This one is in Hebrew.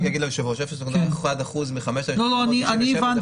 רק אגיד ליושב-ראש: 0.1% מ-5,897 זה